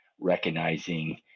recognizing